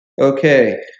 Okay